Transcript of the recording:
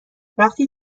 وقتی